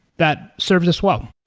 that serves us well.